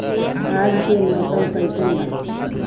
आज के मौसम कइसन बा?